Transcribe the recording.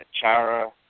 Chara